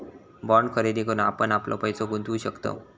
bond खरेदी करून आपण आपलो पैसो गुंतवु शकतव